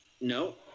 No